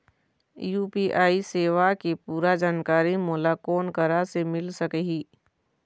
UPI सेवा के पूरा जानकारी मोला कोन करा से मिल सकही?